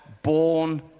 Born